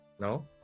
no